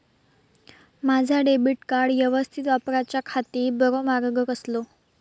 माजा debit card यवस्तीत वापराच्याखाती बरो मार्ग कसलो?